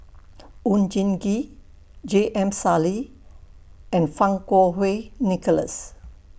Oon Jin Gee J M Sali and Fang Kuo Wei Nicholas